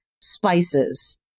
spices